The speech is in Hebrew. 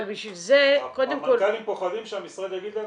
אבל בשביל זה קודם כל -- המנכ"לים פוחדים שהמשרד יגיד להם,